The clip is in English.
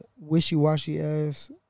wishy-washy-ass